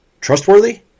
trustworthy